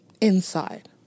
inside